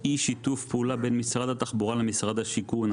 אי-שיתוף פעולה בין משרד התחבורה למשרד השיכון.